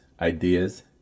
ideas